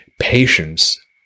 patience